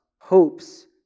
hopes